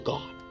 God